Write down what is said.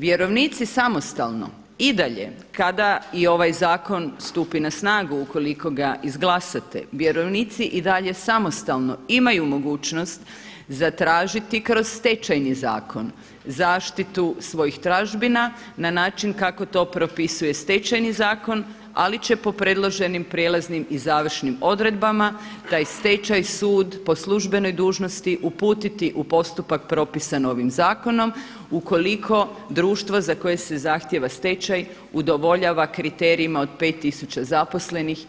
Vjerovnici samostalno i dalje kada i ovaj zakon stupi na snagu ukoliko ga izglasate vjerovnici i dalje samostalno imaju mogućnost zatražiti kroz Stečajni zakon zaštitu svojih tražbina na način kako to propisuje Stečajni zakon, ali će po predloženim prijelaznim i završnim odredbama taj stečaj sud po službenoj dužnosti uputiti u postupak propisan ovim zakonom ukoliko društvo za koje se zahtijeva stečaj udovoljava kriterijima od 5000 zaposlenih